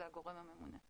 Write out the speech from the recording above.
זה הגרם הממונה.